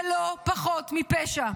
זה לא פחות מפשע.